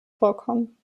vorkommen